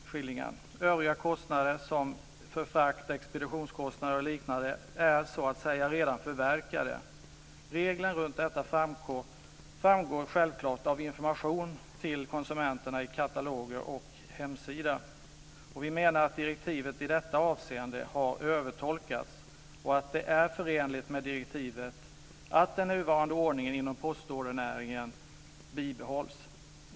Övriga kostnader, som för frakt, expeditionskostnader och liknande, är så att säga redan förverkade. Reglerna runt detta framgår självklart av informationen till konsumenterna i kataloger och på hemsidor. Vi menar att direktivet i detta avseende har övertolkats och att det är förenligt med direktivet att den nuvarande ordningen inom postordernäringen bibehålls.